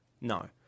No